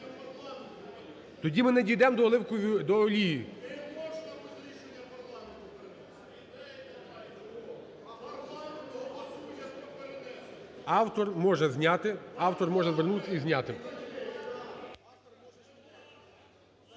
тоді ми не дійдемо до олії. Автор може зняти, автор може звернутися